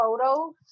photos